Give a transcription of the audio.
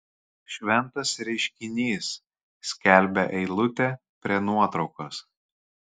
šventas reiškinys skelbia eilutė prie nuotraukos